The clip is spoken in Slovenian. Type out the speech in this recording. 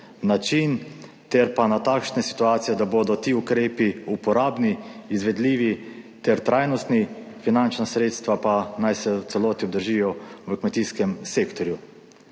način ter pa na takšne situacije, da bodo ti ukrepi uporabni, izvedljivi ter trajnostni, finančna sredstva pa naj se v celoti obdržijo v kmetijskem sektorju.